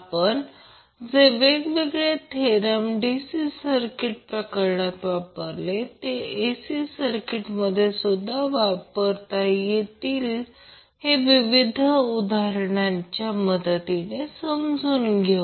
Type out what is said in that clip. आपण जे वेगवेगळे थेरम DC सर्किट प्रकरणात वापरले ते AC सर्किटमध्ये सुद्धा कसे वापरता येतील हे विविध उदाहरणांची मदत घेऊन समजून घेऊ